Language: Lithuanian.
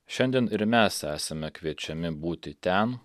šiandien ir mes esame kviečiami būti ten